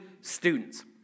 students